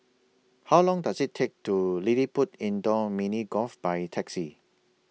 How Long Does IT Take to LilliPutt Indoor Mini Golf By Taxi